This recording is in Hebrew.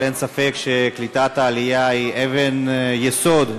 אין ספק שהעלייה היא אבן יסוד,